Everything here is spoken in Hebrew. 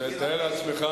אז תאר לעצמך,